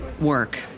work